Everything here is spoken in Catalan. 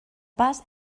pas